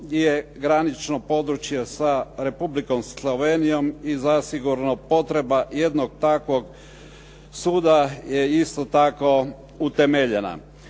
je granično područje sa Republikom Slovenijom i zasigurno potreba jednog takvog suda je isto tako utemeljena.